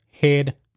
head